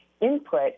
input